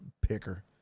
picker